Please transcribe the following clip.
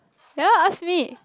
cannot ask me